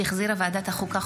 שהחזירה ועדת החוקה,